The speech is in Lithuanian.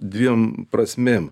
dviem prasmėm